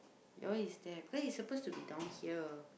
that one is there because it's supposed to be down here